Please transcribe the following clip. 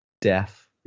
death